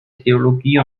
theologie